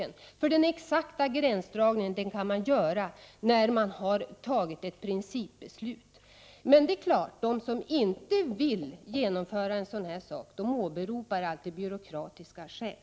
Den exakta gränsdragningen kan man göra när man har tagit ett principbeslut. Men de som inte vill genomföra ett förslag åberopar alltid byråkratiska skäl.